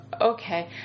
Okay